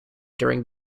during